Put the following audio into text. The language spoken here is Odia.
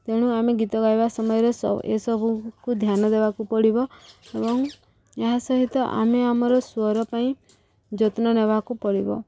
ତେଣୁ ଆମେ ଗୀତ ଗାଇବା ସମୟରେ ଏସବୁକୁ ଧ୍ୟାନ ଦେବାକୁ ପଡ଼ିବ ଏବଂ ଏହା ସହିତ ଆମେ ଆମର ସ୍ୱର ପାଇଁ ଯତ୍ନ ନେବାକୁ ପଡ଼ିବ